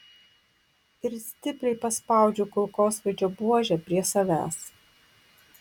ir stipriai paspaudžiu kulkosvaidžio buožę prie savęs